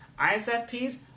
ISFPs